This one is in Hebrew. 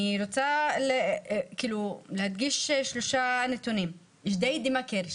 אני רוצה להדגיש שלושה נתונים: ג'דיידה מכר,